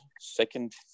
second